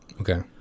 Okay